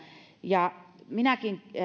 ja minäkin